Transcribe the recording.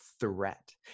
threat